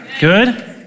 Good